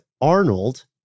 Arnold